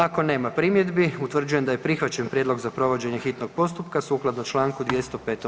Ako nema primjedbi, utvrđujem da je prihvaćen prijedlog za provođenje hitnog postupka sukladno čl. 205.